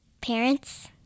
Parents